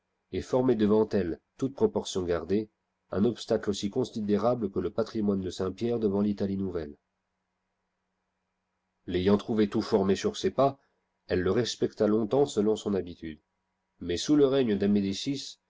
et formait devant elle toute proportion gardée un obstacle aussi considérable que le patrimoine de saint-pierre devant l'italie nouvelle l'ayant trouvé tout formé sur ses pas elle le respecta longtemps selon son habitude mais sous le règne